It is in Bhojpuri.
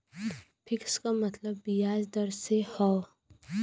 फिक्स क मतलब बियाज दर से हौ